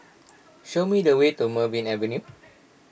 show me the way to Merryn Avenue